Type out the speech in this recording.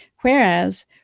Whereas